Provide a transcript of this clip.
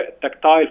tactile